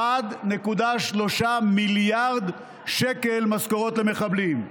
1.3 מיליארד שקל במשכורות למחבלים.